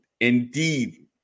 indeed